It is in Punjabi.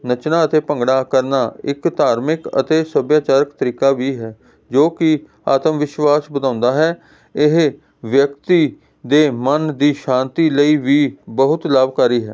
ਨੱਚਣਾ ਅਤੇ ਭੰਗੜਾ ਕਰਨਾ ਇੱਕ ਧਾਰਮਿਕ ਅਤੇ ਸਭਿਆਚਾਰਕ ਤਰੀਕਾ ਵੀ ਹੈ ਜੋ ਕਿ ਆਤਮ ਵਿਸ਼ਵਾਸ ਵਧਾਉਂਦਾ ਹੈ ਇਹ ਵਿਅਕਤੀ ਦੇ ਮਨ ਦੀ ਸ਼ਾਂਤੀ ਲਈ ਵੀ ਬਹੁਤ ਲਾਭਕਾਰੀ ਹੈ